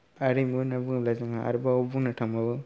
आरिमु होननानै बुंब्ला जोंहा आरोबाव बुंनो थांबावो